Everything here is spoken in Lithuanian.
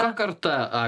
ta karta a